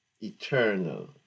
eternal